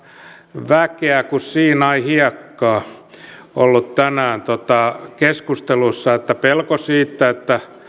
väkeä kuin siinain hiekkaa ollut tänään keskustelussa pelko siitä